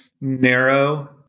narrow